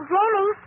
Jamie